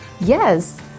Yes